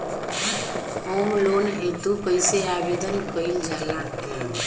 Home loan हेतु कइसे आवेदन कइल जाला?